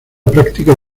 práctica